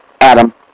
Adam